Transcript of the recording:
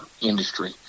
industry